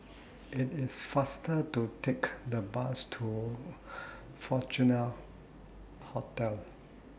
IT IS faster to Take The Bus to Fortuna Hotel